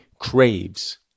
craves